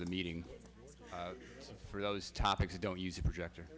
of the meeting for those topics don't use a project